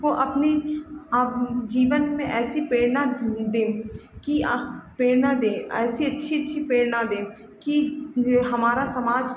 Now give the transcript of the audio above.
को अपनी आप जीवन में ऐसी प्रेरणा दें कि अह प्रेरणा दें ऐसी अच्छी अच्छी प्रेरणा दें कि हमारा समाज